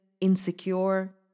insecure